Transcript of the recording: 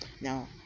Now